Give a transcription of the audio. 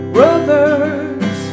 Brothers